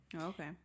Okay